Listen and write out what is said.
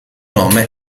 nome